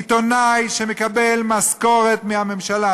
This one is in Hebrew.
עיתונאי שמקבל משכורת מהממשלה,